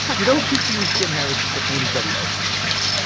you don't confuse jim harrison for anybody else on the planet.